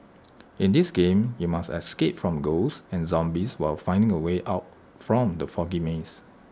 in this game you must escape from ghosts and zombies while finding the way out from the foggy maze